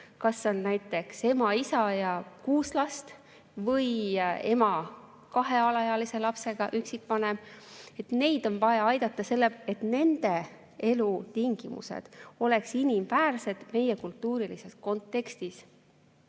kus on näiteks ema, isa ja kuus last või ema kahe alaealise lapsega või üksikvanem. Neid on vaja aidata, selleks et nende elutingimused oleksid inimväärsed meie kultuurilises kontekstis.